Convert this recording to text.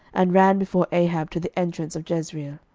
and ran before ahab to the entrance of jezreel.